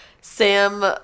Sam